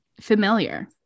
familiar